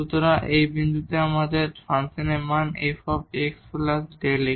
সুতরাং এই বিন্দুতে এই ফাংশনের মান হল f x Δx